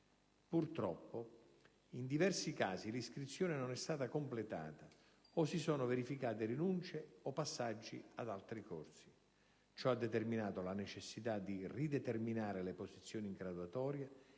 Purtroppo, in diversi casi l'iscrizione non è stata completata, o si sono verificate rinunce o passaggi ad altri corsi. Ciò ha determinato la necessità di rideterminare le posizioni in graduatoria,